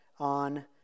on